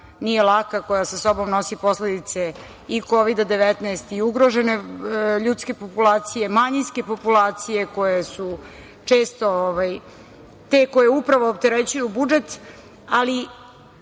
nije laka, koja sa sobom nosi posledice i Kovida 19 i ugrožene ljudske populacije, manjinske populacije, koje su često te koje upravo opterećuju budžet, ali,